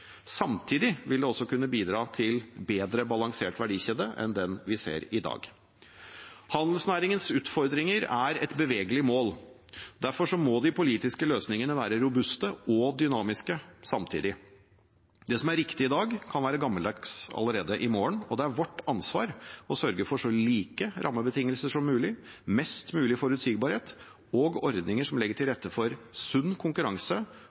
Samtidig vil det også kunne bidra til en bedre balansert verdikjede enn den vi ser i dag. Handelsnæringens utfordringer er bevegelige mål. Derfor må de politiske løsningene være robuste og samtidig dynamiske. Det som er riktig i dag, kan være gammeldags allerede i morgen. Det er vårt ansvar å sørge for så like rammebetingelser som mulig, mest mulig forutsigbarhet og ordninger som legger til rette for at sunn konkurranse